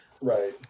right